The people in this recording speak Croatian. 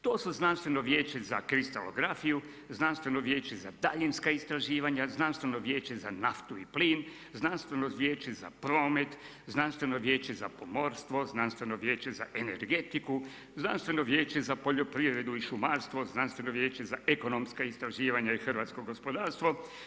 To su Znanstveno vijeće za kristalografiju, Znanstveno vijeće za daljinska istraživanja, Znanstveno vijeće za naftu i plin, Znanstveno vijeće za promet, Znanstveno vijeće za pomorstvo, Znanstveno vijeće za energetiku, Znanstveno vijeće za poljoprivredu i šumarstvo, Znanstveno vijeće za ekonomska istraživanja i hrvatsko gospodarstvo.